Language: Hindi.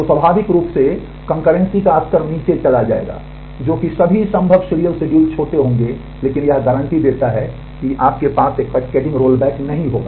तो स्वाभाविक रूप से कंकर्रेंसी का स्तर नीचे चला जाएगा जो कि सभी संभव सीरियल शेड्यूल छोटे होंगे लेकिन यह गारंटी देता है कि आपके पास एक कैस्केडिंग रोलबैक नहीं होगा